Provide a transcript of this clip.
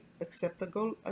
acceptable